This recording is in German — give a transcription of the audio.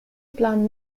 planen